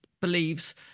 believes